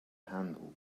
handle